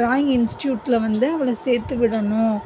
drawing இன்ஸ்ட்யூட்டில் வந்து அவளை சேர்த்து விடணும்